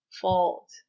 fault